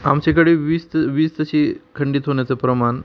आमच्याइकडे वीज त वीज तशी खंडित होण्याचं प्रमाण